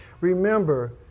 Remember